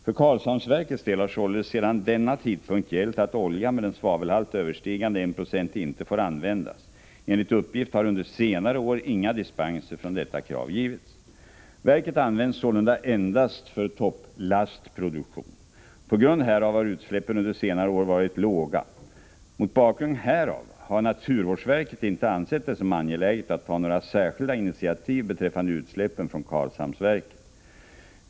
För Karlshamnsverkets del har således sedan denna tidpunkt gällt att olja med en svavelhalt överstigande 196 inte får användas. Enligt uppgift har under senare år inga dispenser från detta krav givits. Verket används sålunda endast för topplastproduktion. På grund härav har utsläppen under senare år varit låga. Mot bakgrund härav har naturvårdsverket inte ansett det som angeläget att ta några särskilda initiativ beträffande utsläppen från Karlshamnsverket.